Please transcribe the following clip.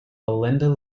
belinda